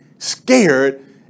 scared